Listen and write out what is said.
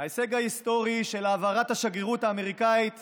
ההישג ההיסטורי של העברת השגרירות האמריקנית